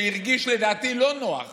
שהרגיש, לדעתי, לא נוח